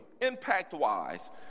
impact-wise